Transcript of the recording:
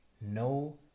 no